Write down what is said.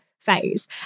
Phase